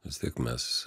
vis tiek mes